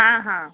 हाँ हाँ